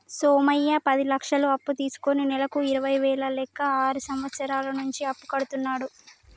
సోమయ్య పది లక్షలు అప్పు తీసుకుని నెలకు ఇరవై వేల లెక్క ఆరు సంవత్సరాల నుంచి అప్పు కడుతున్నాడు